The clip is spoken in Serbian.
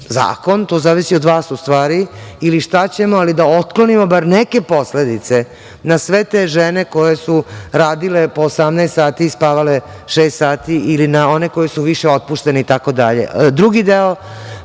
zakon, to zavisi od vas, u stvari, ili šta ćemo, ali da otklonimo bar neke posledice na sve te žene koje su radile po 18 sati i spavale šest sati ili na one koje su više otpuštene itd. Drugi deo